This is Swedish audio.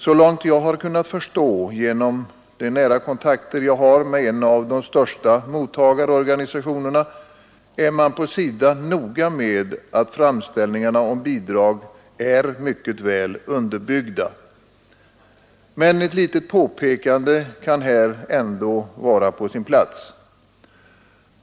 Så långt jag har kunnat förstå, genom de nära kontakter jag har med en av de största mottagarorganisationerna, är man på SIDA noga med att framställningarna om bidrag är mycket väl underbyggda. Men ett litet påpekande kan här ändå vara på sin plats.